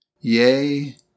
Yea